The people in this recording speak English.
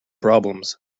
problems